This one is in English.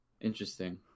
interesting